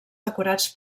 decorats